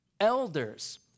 elders